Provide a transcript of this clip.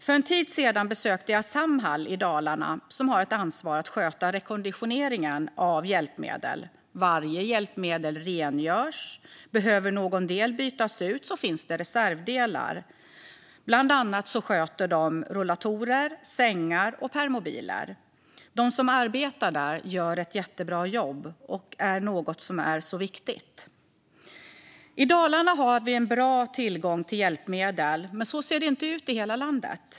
För en tid sedan besökte jag Samhall i Dalarna, som har ansvar för att sköta rekonditioneringen av hjälpmedel. Varje hjälpmedel rengörs. Om någon del behöver bytas ut finns det reservdelar. Bland annat sköter de rullatorer, sängar och permobiler. De som arbetar där gör ett jättebra jobb som är mycket viktigt. I Dalarna finns det bra tillgång till hjälpmedel, men så ser det inte ut i hela landet.